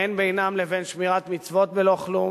ואין בינן לבין שמירת מצוות ולא כלום,